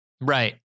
Right